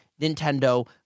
Nintendo